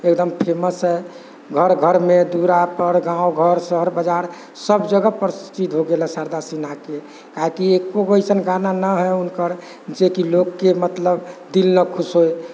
एकदम फेमस हइ घर घरमे दुअरापर गाँव घर शहर बजार सब जगह प्रसिद्ध हो गेल हइ शारदा सिन्हाके काहे कि एक्को गो गाना अइसन ने हइ हुनकर जे कि लोकके मतलब दिल ने खुश होइ